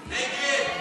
נגד?